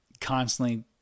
Constantly